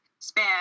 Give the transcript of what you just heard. spam